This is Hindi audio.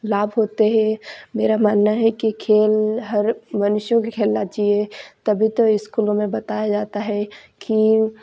लाभ होते हैं मेरा मानना है कि खेल हर मनुष्यों की खेलना चहिये तभी तो स्कूलों में बताया जाता है कि